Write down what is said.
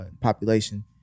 population